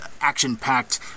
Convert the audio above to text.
action-packed